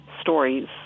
stories